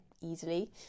easily